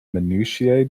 minutiae